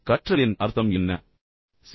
கற்றல் என்றால் உண்மையில் என்ன அர்த்தம்